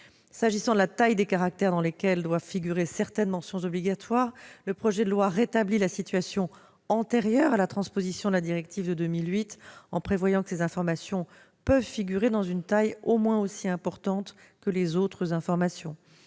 Concernant la taille des caractères dans lesquels doivent figurer certaines mentions obligatoires, le projet de loi rétablit la situation antérieure à la transposition de la directive de 2008 en prévoyant que ces informations peuvent figurer dans une taille au moins aussi importante que les autres informations.